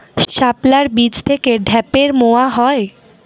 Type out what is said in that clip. শাপলার বীজ থেকে ঢ্যাপের মোয়া হয়?